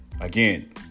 Again